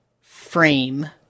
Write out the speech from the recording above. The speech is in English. frame